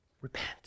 repent